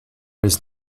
its